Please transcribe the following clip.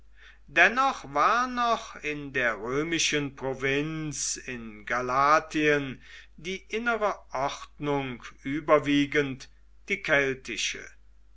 dennoch war noch in der römischen provinz in galatien die innere ordnung überwiegend die keltische